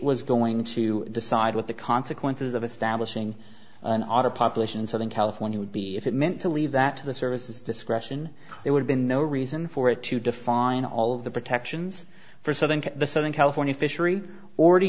was going to decide what the consequences of establishing an auto population in southern california would be if it meant to leave that to the services discretion it would been no reason for it to define all of the protections for so then the southern california fishery